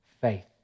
faith